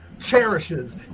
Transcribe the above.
cherishes